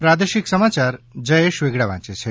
પ્રાદેશિક સમાચાર જયેશ વેગડા વાંચે છે